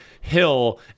Hill